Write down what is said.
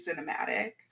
cinematic